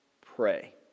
pray